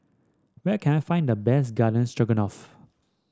where can I find the best Garden Stroganoff